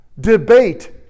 Debate